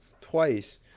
twice